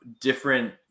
different